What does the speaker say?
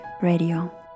Radio